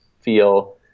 feel